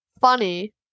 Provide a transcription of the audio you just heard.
funny